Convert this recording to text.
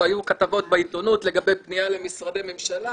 היו כתבות בעיתונות לגבי פנייה למשרדי ממשלה,